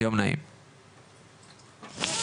הישיבה נעולה.